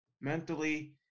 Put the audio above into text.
mentally